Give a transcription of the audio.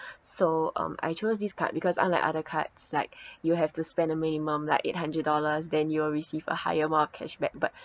so um I chose this card because unlike other cards like you have to spend a minimum like eight hundred dollars then you'll receive a higher amount of cashback but